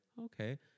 okay